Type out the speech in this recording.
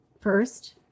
first